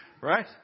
Right